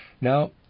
Now